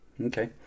okay